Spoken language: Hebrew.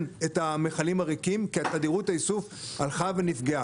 את המכלים הריקים כי תדירות האיסוף הלכה ונפגעה.